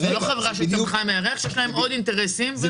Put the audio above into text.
יש להם עוד אינטרסים.